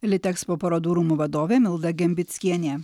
litekspo parodų rūmų vadovė milda gembickienė